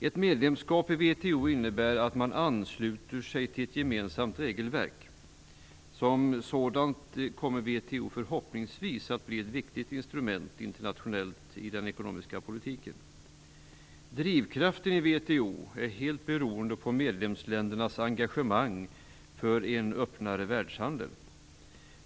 Ett medlemskap i WTO innebär att man ansluter sig till ett gemensamt regelverk. Som sådant kommer WTO förhoppningsvis att bli ett viktigt instrument internationellt i den ekonomiska politiken. Drivkraften i WTO är helt beroende på medlemsländernas engagemang för en öppnare världshandel.